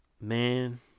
Man